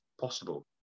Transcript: possible